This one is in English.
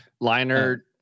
Liner